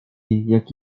jak